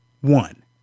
one